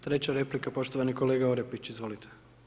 Treća replika poštovani kolega Orepić, izvolite.